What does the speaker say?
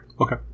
Okay